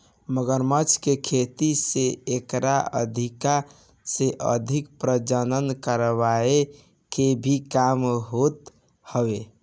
मगरमच्छ के खेती से एकर अधिका से अधिक प्रजनन करवाए के भी काम होखत हवे